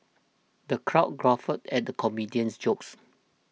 the crowd guffawed at the comedian's jokes